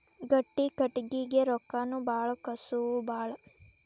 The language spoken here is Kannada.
ಗಟ್ಟಿ ಕಟಗಿಗೆ ರೊಕ್ಕಾನು ಬಾಳ ಕಸುವು ಬಾಳ